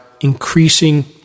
increasing